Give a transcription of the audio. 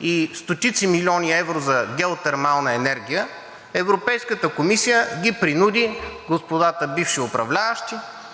и стотици милиони евро за геотермална енергия, Европейската комисия принуди господата бивши управляващи